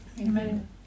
Amen